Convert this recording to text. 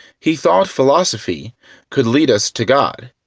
he thought philosophy could lead us to god,